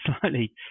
slightly